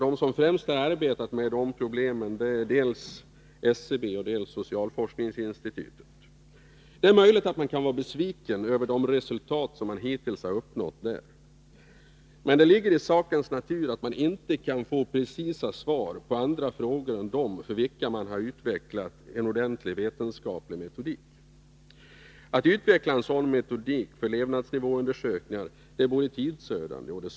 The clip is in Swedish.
De som främst har arbetat med dessa problem är SCB och socialforskningsinstitutet. Det är möjligt att man kan vara besviken över de resultat som hittills har uppnåtts, men det ligger i sakens natur att man inte kan få precisa svar på andra frågor än dem för vilka man har utvecklat en ordentlig vetenskaplig metodik. Att utveckla en sådan metodik för levnadsnivåundersökningar är både tidsödande och svårt.